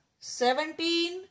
Seventeen